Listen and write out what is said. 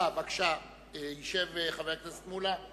וכי 50% מהאקדמאים אינם עוסקים בעבודות ההולמות את השכלתם.